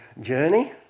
journey